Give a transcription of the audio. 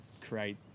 create